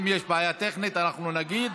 אם יש בעיה טכנית, אנחנו נגיד.